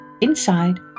inside